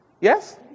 Yes